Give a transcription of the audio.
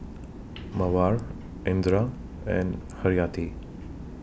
Mawar Indra and Haryati